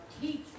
teach